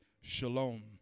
Shalom